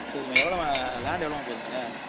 சரிம்மா எவ்வளோம்மா லேண்டு எவ்வளோம்மா போது அங்கே